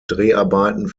dreharbeiten